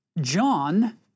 John